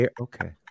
okay